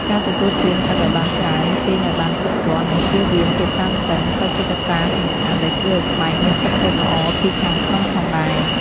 ការទទួលទានទឹកឲ្យបានច្រើន គេងឲ្យបានគ្រប់គ្រាន់ និងចៀសវាងភាពតានតឹង ក៏ជាកត្តាសំខាន់ដែលជួយឲ្យស្បែកមានសុខភាពល្អពីខាងក្នុងផងដែរ។